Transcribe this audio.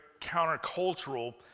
countercultural